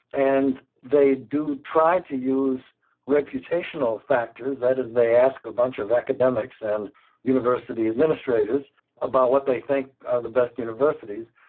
and they do try to use reputational factors, that is they ask a bunch of academics and university administrators about what they think are the best universities,